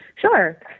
Sure